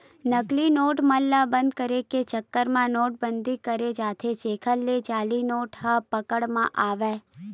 नकली नोट मन ल बंद करे के चक्कर म नोट बंदी करें जाथे जेखर ले जाली नोट ह पकड़ म आवय